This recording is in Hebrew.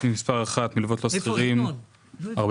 תכנית מספר אחת, מלוות לשכירים, 450503,